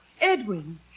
Edwin